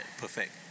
perfect